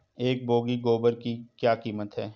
एक बोगी गोबर की क्या कीमत है?